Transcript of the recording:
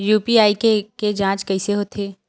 UPI के के जांच कइसे होथे?